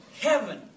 heaven